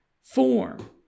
form